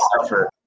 suffer